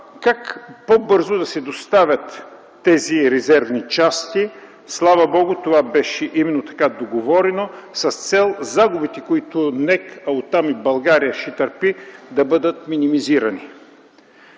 как по-бързо да се доставят тези резервни части. Слава Богу, това беше договорено с цел загубите, които НЕК, а оттам и България ще търпи, да бъдат минимизирани.